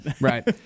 Right